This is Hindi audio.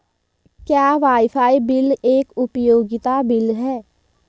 क्या वाईफाई बिल एक उपयोगिता बिल है?